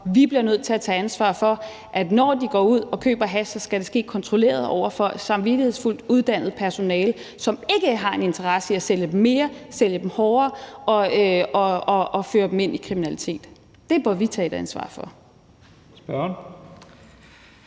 Vi bliver nødt til at tage et ansvar, så når de går ud og køber hash, så skal det ske kontrolleret og ske over for et samvittighedsfuldt og uddannet personale, som ikke har en interesse i at sælge dem mere eller sælge dem noget, der er hårdere, eller i at føre dem ind i kriminalitet. Det burde vi tage et ansvar for.